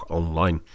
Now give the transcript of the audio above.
online